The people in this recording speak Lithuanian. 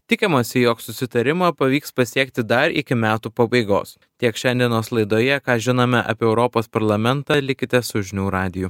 tikimasi jog susitarimą pavyks pasiekti dar iki metų pabaigos tiek šiandienos laidoje ką žinome apie europos parlamentą likite su žinių radiju